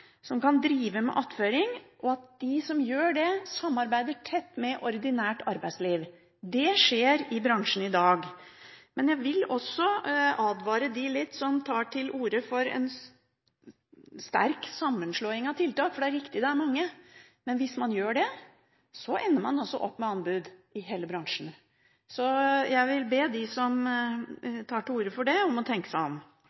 som kan drive med attføring, samarbeider tett med ordinært arbeidsliv. Det skjer i bransjen i dag. Jeg vil advare dem som tar til orde for en sterk sammenslåing av tiltak. Det er riktig at det er mange, men hvis man gjør det, ender man opp med anbud i hele bransjen. Jeg vil derfor be dem som tar til orde for det, om